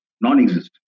non-existent